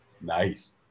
nice